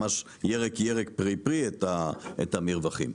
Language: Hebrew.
ממש ירק-ירק ופרי-פרי את המרווחים.